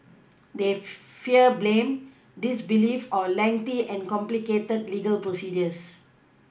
they fear blame disbelief or lengthy and complicated legal procedures